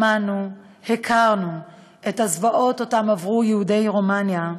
שמענו, הכרנו את הזוועות שעברו יהודי רומניה,